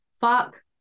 fuck